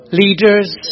leaders